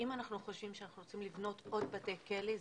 אם אנחנו חושבים שאנחנו צריכים לבנות עוד בתי כלא,